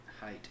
height